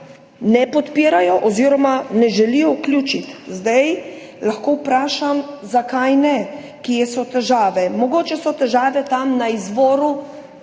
ne podpirajo oziroma ne želijo vključiti. Zdaj lahko vprašam, zakaj ne, kje so težave. Mogoče so težave tam na izvoru,